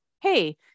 hey